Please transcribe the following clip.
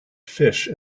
fish